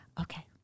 Okay